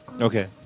Okay